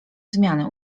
zmiany